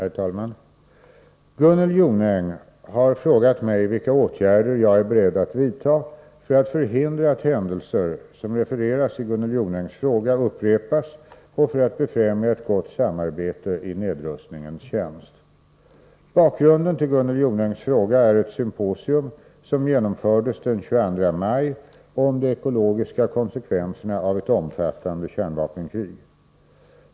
Herr talman! Gunnel Jonäng har frågat mig vilka åtgärder jag är beredd att vidta för att förhindra att sådana händelser som refereras i Gunnel Jonängs fråga upprepas och för att befrämja ett gott samarbete i nedrustningens tjänst. Bakgrunden till Gunnel Jonängs fråga är ett symposium som genomfördes den 22 maj om de ekologiska konsekvenserna av ett omfattande kärnvapenkrig.